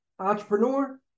entrepreneur